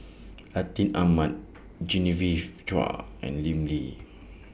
Atin Amat Genevieve Chua and Lim Lee